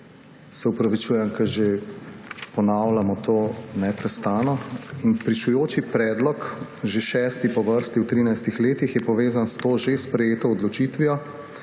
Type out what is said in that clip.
se opravičujem, ker že ponavljamo to neprestano. Pričujoči predlog, že šesti po vrsti v 13 letih, je povezan s to že sprejeto odločitvijo